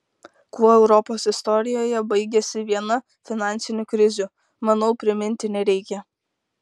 kuo europos istorijoje baigėsi viena finansinių krizių manau priminti nereikia